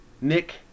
Nick